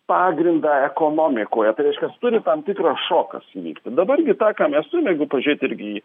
pagrindą ekonomikoje tai reiškias turi tam tikras šokas įvykt dabar gi tą ką mes turime jeigu pažiūrėt irgi į